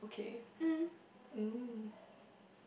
okay mm